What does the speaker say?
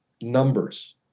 numbers